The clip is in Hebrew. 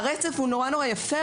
הרצף הטיפולי הוא מאוד מאוד יפה,